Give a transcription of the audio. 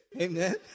Amen